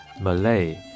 Malay